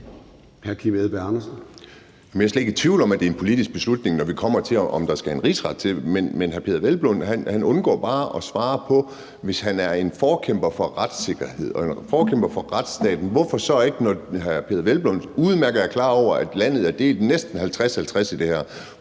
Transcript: er slet ikke i tvivl om, at det er en politisk beslutning, når vi kommer til, om der skal en rigsret til. Men hr. Peder Hvelplund undgår bare at svare på, at hvis han er en forkæmper for retssikkerhed og en forkæmper for retsstaten, og når han udmærket er klar over, at landet er delt næsten 50-50 i det her,